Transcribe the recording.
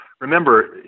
remember